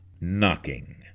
knocking